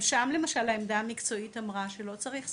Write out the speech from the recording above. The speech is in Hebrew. גם שם למשל העמדה המקצועית אמרה שלא צריך סייעת,